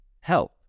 help